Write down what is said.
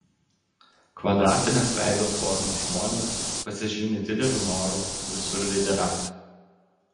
kvadratinės veido formos žmonės pasižymi dideliu noru visur lyderiauti